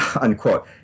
Unquote